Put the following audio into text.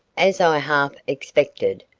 as i half expected,